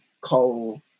coal